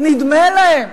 נדמה להם